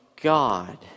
God